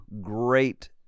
great